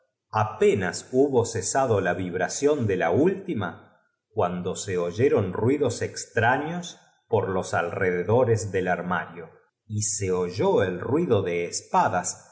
apenas hubo cesado la vibración de la úlbia que su hermanita no mentla al oir su tima cuando se oyeron ruidos extraños afirmación se abalanzó al armario y diri por los alrededores del armario y se oyó gió una arenga á sus húsares que pareció el ruido de espadas que